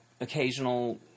occasional